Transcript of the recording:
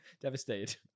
Devastated